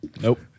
Nope